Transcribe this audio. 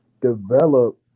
develop